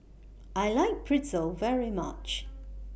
I like Pretzel very much